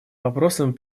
вопросам